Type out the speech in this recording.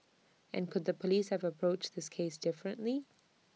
and could the Police have approached this case differently